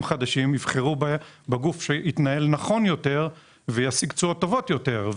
חדשים יבחרו בגוף שהתנהל נכון יותר והשיג תוצאות טובות יותר,